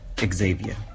Xavier